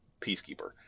Peacekeeper